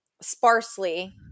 sparsely